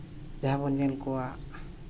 ᱡᱟᱦᱟᱸ ᱵᱚᱱ ᱧᱮᱞ ᱠᱚᱣᱟ